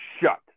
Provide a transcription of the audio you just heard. shut